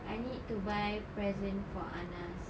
I need to buy present for Anas